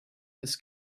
his